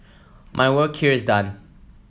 my work here is done